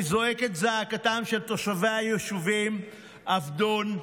אני זועק את זעקתם של תושבי היישובים עבדון,